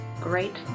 great